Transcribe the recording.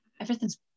everything's